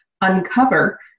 uncover